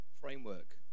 framework